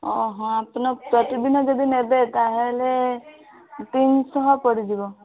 ଆପଣ ପ୍ରତିଦିନ ଯଦି ନେବେ ତାହାହେଲେ ତିନିଶହ ପଡ଼ିଯିବ